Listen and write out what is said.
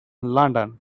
london